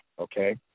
okay